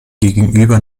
gegenüber